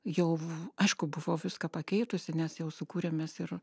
jau aišku buvau viską pakeitusi nes jau sukūrėm mes ir